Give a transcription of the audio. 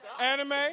Anime